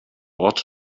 ort